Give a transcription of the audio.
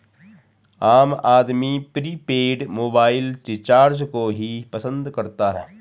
आम आदमी prepaid mobile recharge को ही पसंद करता है